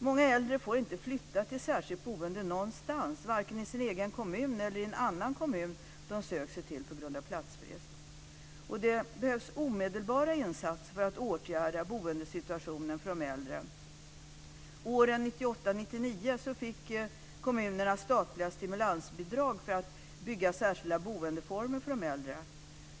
Många äldre får inte flytta till särskilt boende någonstans, varken i sin egen kommun eller i en annan kommun som de söker sig till, på grund av platsbrist. Det behövs omedelbara insatser för att man ska kunna åtgärda boendesituationen för de äldre. Åren 1998 och 1999 fick kommunerna statliga stimulansbidrag för att bygga särskilda boendeformer för de äldre.